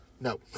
No